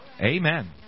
Amen